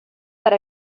per